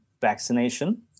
vaccination